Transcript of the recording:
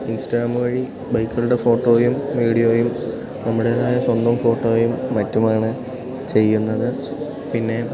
Instagram വഴി ബൈക്കുകളുടെ ഫോട്ടോയും വീഡിയോയും നമ്മുടേതായ സ്വന്തം ഫോട്ടോയും മറ്റുമാണ് ചെയ്യുന്നത് പിന്നെ